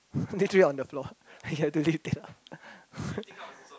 literally on the floor you had to lift it up